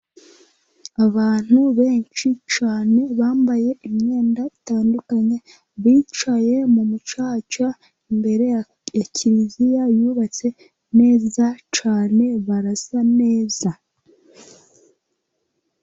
Abantu benshi cyane bambaye imyenda itandukanye, bicaye mu mucaca imbere ya kiliziya yubatse neza cyane barasa neza.